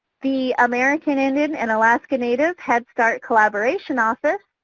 the american indian and alaska native head start collaboration office,